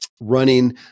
running